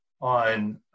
on